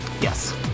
Yes